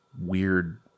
weird